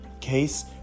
Case